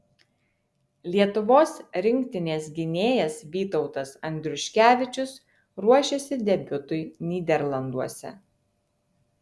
lietuvos rinktinės gynėjas vytautas andriuškevičius ruošiasi debiutui nyderlanduose